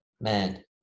man